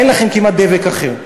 אין לכם כמעט דבק אחר,